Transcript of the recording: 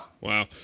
Wow